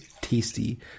tasty